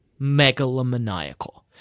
megalomaniacal